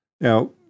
Now